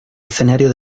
escenario